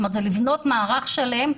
כלומר צריך לבנות מערך שלם.